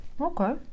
Okay